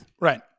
Right